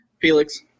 Felix